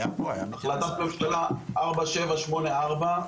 החלטת ממשלה 4784,